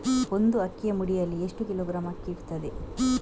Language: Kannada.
ಒಂದು ಅಕ್ಕಿಯ ಮುಡಿಯಲ್ಲಿ ಎಷ್ಟು ಕಿಲೋಗ್ರಾಂ ಅಕ್ಕಿ ಇರ್ತದೆ?